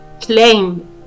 claim